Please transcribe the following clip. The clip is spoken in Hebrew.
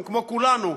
כמו כולנו,